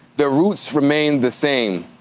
the roots remain the same.